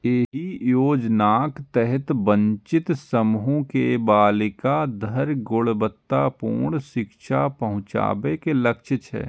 एहि योजनाक तहत वंचित समूह के बालिका धरि गुणवत्तापूर्ण शिक्षा पहुंचाबे के लक्ष्य छै